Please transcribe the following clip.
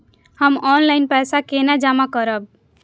हम ऑनलाइन पैसा केना जमा करब?